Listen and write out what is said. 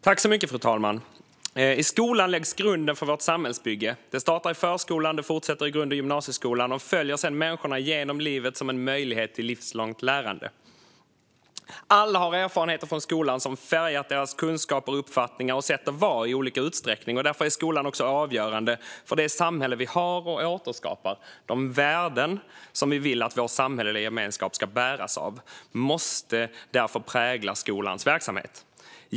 Fru talman! I skolan läggs grunden för vårt samhällsbygge. Det startar i förskolan, och det fortsätter i grund och gymnasieskolan. Det följer sedan människorna genom livet som en möjlighet till livslångt lärande. Alla har erfarenheter från skolan som har färgat deras kunskaper, uppfattningar och sätt att vara i olika utsträckning. Därför är skolan också avgörande för det samhälle som vi har och återskapar. De värden som vi vill att vår samhälleliga gemenskap ska bäras av måste därför prägla skolans verksamhet.